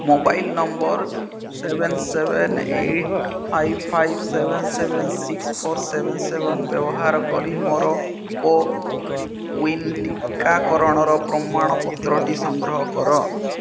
mobile number seven seven eight five five seven seven six four seven seven ବ୍ୟବହାର କରି ମୋର CoWIN ଟିକାକରଣର ପ୍ରମାଣପତ୍ରଟି ସଂଗ୍ରହ କର